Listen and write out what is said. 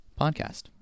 podcast